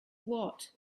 what